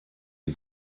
die